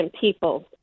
people